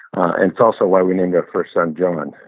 and it's also why we named our first son john. and